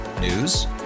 News